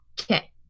Okay